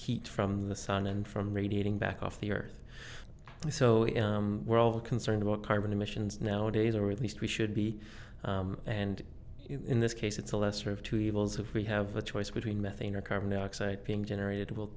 heat from the sun and from radiating back off the earth so we're all concerned about carbon emissions nowadays or at least we should be and in this case it's a lesser of two evils if we have a choice between methane or carbon dioxide being generated w